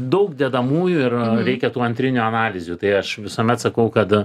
daug dedamųjų ir reikia tų antrinių analizių tai aš visuomet sakau kad